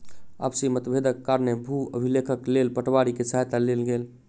आपसी मतभेदक कारणेँ भू अभिलेखक लेल पटवारी के सहायता लेल गेल